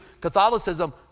Catholicism